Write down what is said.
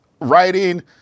writing